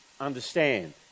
understand